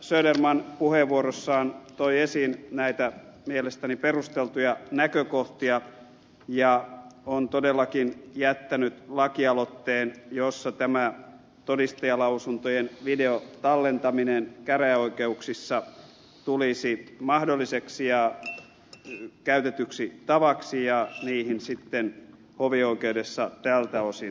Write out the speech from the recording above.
söderman puheenvuorossaan toi esiin näitä mielestäni perusteltuja näkökohtia ja on todellakin jättänyt lakialoitteen jossa tämä todistajalausuntojen videotallentaminen käräjäoikeuksissa tulisi mahdolliseksi ja käytetyksi tavaksi ja niihin sitten hovioikeudessa tältä osin nojattaisiin